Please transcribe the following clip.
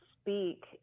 speak